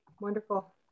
Wonderful